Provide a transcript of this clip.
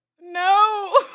No